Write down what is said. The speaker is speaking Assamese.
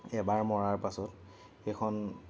এবাৰ মৰাৰ পাছত সেইখন